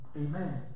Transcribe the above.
amen